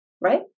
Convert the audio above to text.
Right